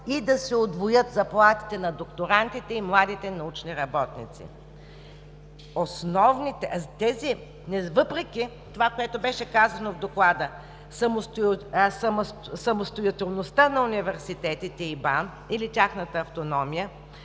и да се удвоят заплатите на докторантите и младите научни работници. Въпреки това, което беше казано в Доклада: самостоятелността на университетите и БАН, или тяхната автономия,